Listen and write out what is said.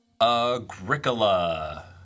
Agricola